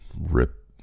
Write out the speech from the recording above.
rip